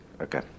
Okay